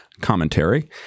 commentary